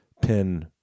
pin